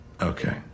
Okay